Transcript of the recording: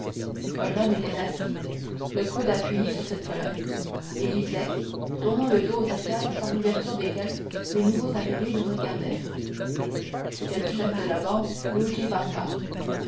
un homme était assis le coude appuyé sur cette colonne et lisait tournant le dos aux arcades par l'ouverture desquelles les nouveaux arrivés le regardaient c'était le chef de la bande